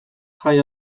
jai